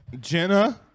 Jenna